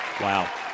Wow